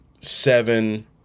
seven